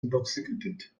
intoxicated